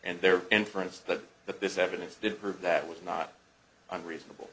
and their inference that that this evidence did prove that was not unreasonable